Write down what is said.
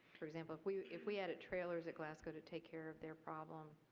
for example, if we if we added trailers at glasgow to take care of their problems,